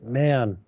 man